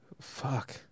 Fuck